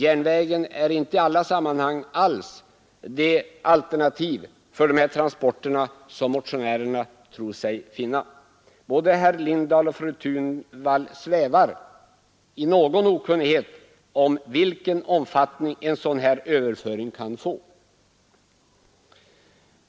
Järnvägen är inte i alla sammanhang alls det alternativ för sådana här transporter som motionärerna tror sig finna. Både herr Lindahl och fru Thunvall svävar i viss okunnighet om vilken omfattning en överföring till järnväg kan få.